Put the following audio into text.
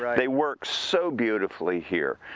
they work so beautifully here.